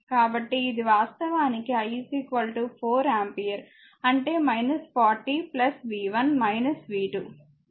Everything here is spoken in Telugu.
కాబట్టి ఇది వాస్తవానికి i 4 ఆంపియర్ అంటే 40 v 1 v 2